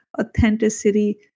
authenticity